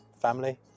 family